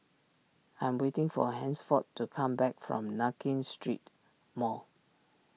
I am waiting for Hansford to come back from Nankin Street Mall